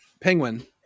penguin